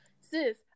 sis